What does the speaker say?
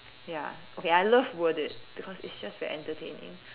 ya okay I loved word it because it's just very entertaining